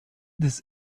des